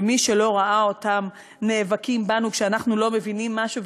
ומי שלא ראה אותם נאבקים בנו כשאנחנו לא מבינים משהו,